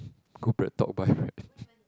go BreadTalk buy bread